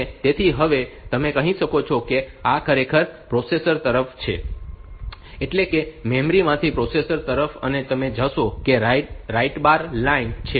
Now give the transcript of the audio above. અને તેથી હવે તમે કહી શકો છો કે આ ખરેખર પ્રોસેસર તરફ છે એટલે કે મેમરી માંથી પ્રોસેસર તરફ અને તમે જોશો કે રાઇટ બાર લાઇન છે